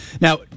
Now